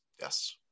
yes